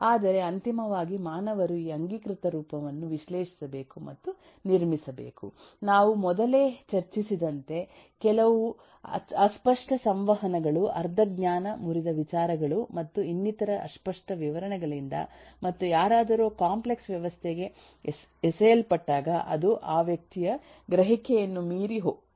ಆದರೆ ಅಂತಿಮವಾಗಿ ಮಾನವರು ಈ ಅಂಗೀಕೃತ ರೂಪವನ್ನು ವಿಶ್ಲೇಷಿಸಬೇಕು ಮತ್ತು ನಿರ್ಮಿಸಬೇಕು ನಾವು ಮೊದಲೇ ಚರ್ಚಿಸಿದಂತೆ ಕೆಲವು ಅಸ್ಪಷ್ಟ ಸಂವಹನಗಳು ಅರ್ಧ ಜ್ಞಾನ ಮುರಿದ ವಿಚಾರಗಳು ಮತ್ತು ಇನ್ನಿತರ ಅಸ್ಪಷ್ಟ ವಿವರಣೆಗಳಿಂದ ಮತ್ತು ಯಾರಾದರೂ ಕಾಂಪ್ಲೆಕ್ಸ್ ವ್ಯವಸ್ಥೆಗೆ ಎಸೆಯಲ್ಪಟ್ಟಾಗ ಅದು ಆ ವ್ಯಕ್ತಿಯ ಗ್ರಹಿಕೆಯನ್ನು ಮೀರಿ ಹೋಗುತ್ತದೆ